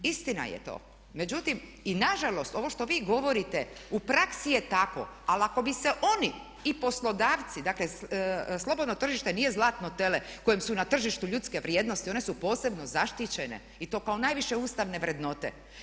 Istina je to, međutim i nažalost ovo što vi govorite u praksi je tako, ali ako bi se oni i poslodavci, dakle slobodno tržište nije zlatno tele kojem su na tržištu ljudske vrijednosti, one su posebno zaštićene i to kao najviše ustavne vrednote.